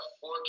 four